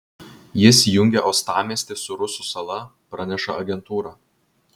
jis jungia uostamiestį su rusų sala praneša agentūra